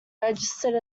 registered